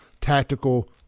tactical